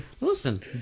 Listen